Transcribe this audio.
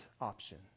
option